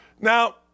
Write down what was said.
Now